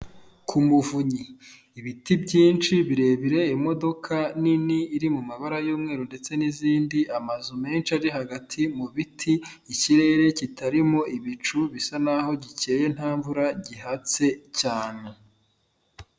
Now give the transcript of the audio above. Ku muvunyi, ibiti byinshi birebire, imodoka nini iri mu mabara y'umweru ndetse n'izindi, amazu menshi ari hagati mu biti, ikirere kitarimo ibicu bisa n'aho gikeye nta mvura gihatse cyane.